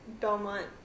Belmont